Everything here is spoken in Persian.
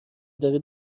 داره